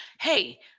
Hey